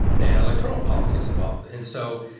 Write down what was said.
and electoral politics involved. and so,